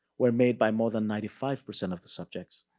were made by more than ninety five percent of the subjects.